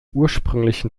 ursprünglichen